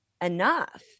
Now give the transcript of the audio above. enough